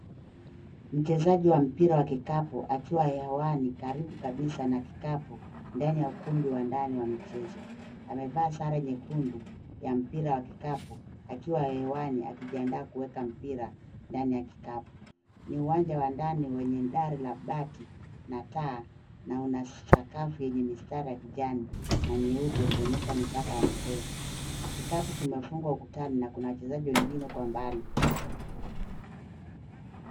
Mchezaji wa mpira wa kikapu akiwa hewani karibu kabisa na kikapu ndani wa ukumbi wa ndani wa michezo. Amevaa sare nyekundu ya mpira wa kikapu akiwa hewani akijiandaa kuweka mpira ndani ya kikapu. Ni uwanja wa ndani wenye dari la bati na taa na una sakafu yenye mistari ya kijani na nyeupe kuonyesha mipaka ya michezo. Kikapu kimefungwa ukutani na kuna wachezaji wengine kwa mbali.